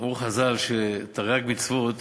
אמרו חז"ל שתרי"ג מצוות